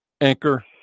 Anchor